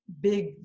big